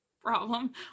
problem